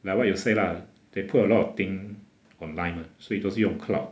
like what you say lah they put a lot of thing online [what] 所以都是用 cloud